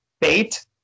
bait